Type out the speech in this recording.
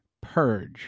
purge